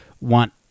want